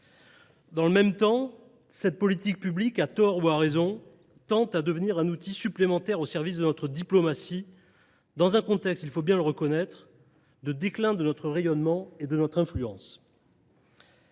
Dans le même temps, cette politique publique, à tort ou à raison, tend à devenir un outil supplémentaire au service de notre diplomatie, dans un contexte – il faut bien le reconnaître – de déclin de notre rayonnement et de notre influence.